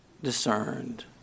discerned